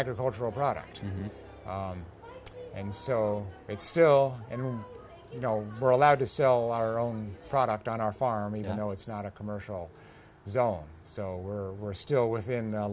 agricultural product and so it's still and you know we're allowed to sell our own product on our farm you know it's not a commercial zone so we're we're still within